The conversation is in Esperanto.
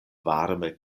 varme